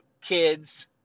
kids